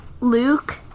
Luke